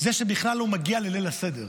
זה שבכלל לא מגיע לליל הסדר.